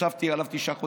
ישבתי עליו תשעה חודשים.